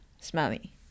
smelly